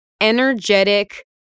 energetic